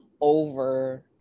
over